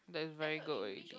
that is very good already